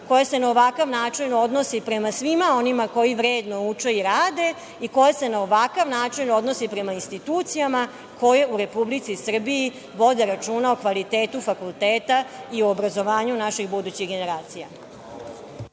koja se na ovakav način odnosi prema svima onima koji vredno uče i rade, koja se na ovakav način odnosi prema institucijama koje u Republici Srbiji vode računa o kvalitetu fakulteta i o obrazovanju naših budućih generacija?